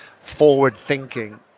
forward-thinking